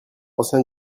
ancien